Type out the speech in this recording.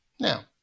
Now